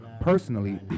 personally